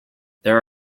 there